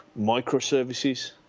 microservices